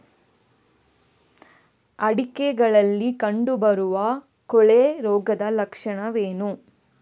ಅಡಿಕೆಗಳಲ್ಲಿ ಕಂಡುಬರುವ ಕೊಳೆ ರೋಗದ ಲಕ್ಷಣವೇನು?